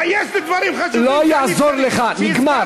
יש לי דברים חשובים שאני צריך, לא יעזור לך, נגמר.